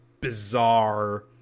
bizarre